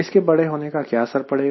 इसके बड़े होने का क्या असर पड़ेगा